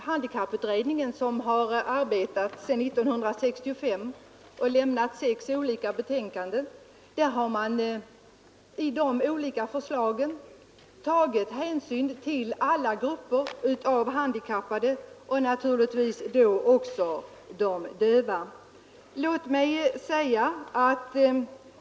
Handikapputredningen, som har arbetat sedan 1965 och lämnat sex olika betänkanden, har i sina olika förslag tagit hänsyn till alla grupper av handikappade och givetvis då också de döva.